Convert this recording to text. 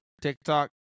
TikTok